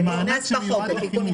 זה מענק שמיועד לחימום.